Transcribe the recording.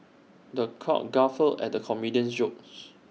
the crowd guffawed at the comedian's jokes